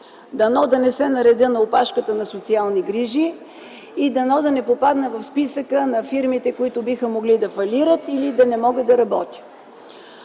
Дано да не се наредя на опашката пред „Социални грижи”. Дано да не попадна в списъка на фирмите, които биха могли да фалират или да не мога да работя”.